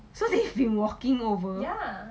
so they have been walking over